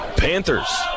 Panthers